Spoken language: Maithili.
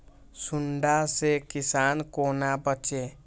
सुंडा से किसान कोना बचे?